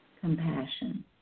compassion